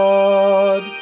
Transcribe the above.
God